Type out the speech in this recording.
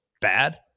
bad